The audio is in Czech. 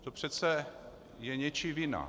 To přece je něčí vina.